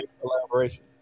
collaboration